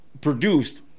produced